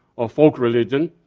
or folk religion.